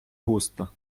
густо